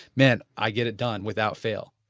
man, i get it done without fail